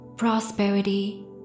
Prosperity